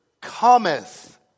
cometh